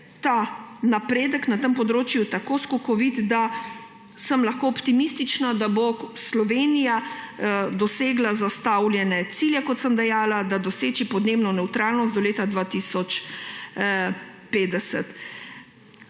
ta napredek na tem področju tako skokovit, da sem lahko optimistična, da bo Slovenija dosegla zastavljene cilje, kot sem dejala, doseči podnebno nevtralnost do leta 2050.